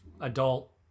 adult